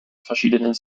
verschiedenen